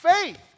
faith